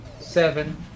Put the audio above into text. Seven